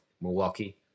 Milwaukee